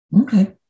Okay